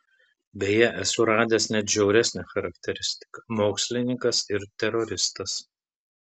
beje esu radęs net žiauresnę charakteristiką mokslininkas ir teroristas